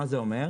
מה זה אומר?